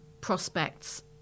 prospects